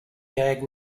gag